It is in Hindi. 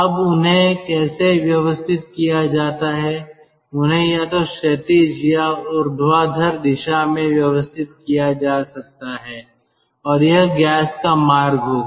अब उन्हें कैसे व्यवस्थित किया जाता है उन्हें या तो क्षैतिज या ऊर्ध्वाधर दिशा में व्यवस्थित किया जा सकता है और यह गैस का मार्ग होगा